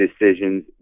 decisions